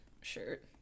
shirt